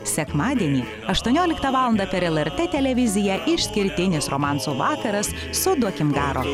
sekmadienį aštuonioliktą valandą per lrt televiziją išskirtinis romansų vakaras su duokim garo